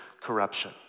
corruption